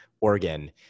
Oregon